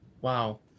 Wow